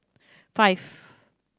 five